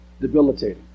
debilitating